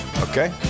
Okay